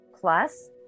plus